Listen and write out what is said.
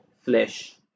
flesh